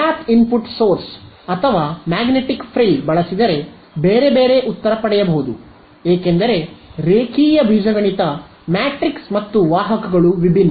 gap input source ಅಥವಾ magnetic frill ಬಳಸಿದರೆ ಬೇರೆ ಬೇರೆ ಉತ್ತರ ಪಡೆಯಬಹುದು ಏಕೆಂದರೆ ರೇಖೀಯ ಬೀಜಗಣಿತ ಮ್ಯಾಟ್ರಿಕ್ಸ್ ಮತ್ತು ವಾಹಕಗಳು ವಿಭಿನ್ನ